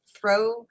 throw